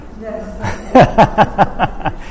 Yes